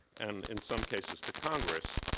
and in some cases to congress,